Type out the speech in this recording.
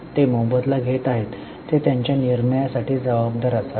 ते मोबदला घेत आहेत ते त्यांच्या निर्णयासाठी जबाबदार असावेत